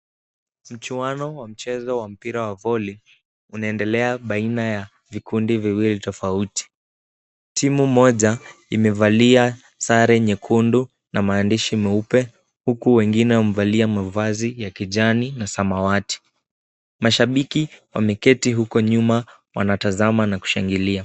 Mchuano wa mchezo wa mpira wa voli unaendelea baina ya vikundi viwili tofauti. Timu moja imevalia sare nyekundu na maandishi meupe huku wengine wamevalia mavazi ya kijani na samawati. Mashabiki wameketi huko nyuma wanatazama na kushangilia.